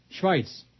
Schweiz